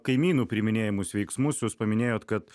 kaimynų priiminėjamus veiksmus jūs paminėjot kad